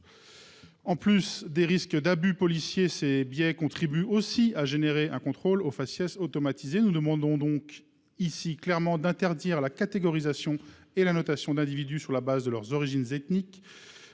Outre les risques d'abus policiers, de tels biais contribuent aussi à engendrer un contrôle au faciès automatisé. Nous demandons donc d'interdire clairement la catégorisation et la notation d'individus sur la base de leur origine ethnique,